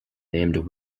named